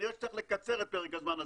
כנראה שצריך לקצר את פרק הזמן הזה.